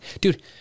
dude